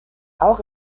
auch